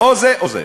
או זה או זה.